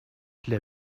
для